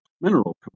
mineral